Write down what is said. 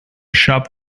shop